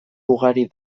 ugari